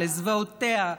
לזוועותיה,